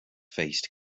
faced